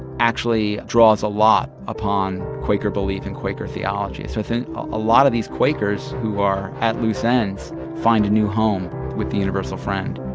actually draws a lot upon quaker belief and quaker theology. so i think ah a lot of these quakers who are at loose ends find a new home with the universal friend